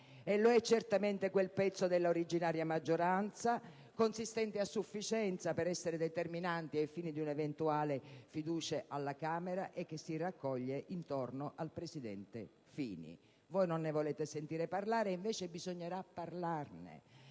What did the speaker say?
lo è certamente quel pezzo dell'originaria maggioranza, consistente a sufficienza per essere determinante ai fini di un'eventuale fiducia alla Camera dei deputati, che si raccoglie intorno al presidente Fini. Voi non ne volete sentire parlare, invece bisognerà parlarne